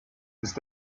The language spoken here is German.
ist